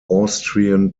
austrian